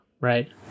right